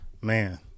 Man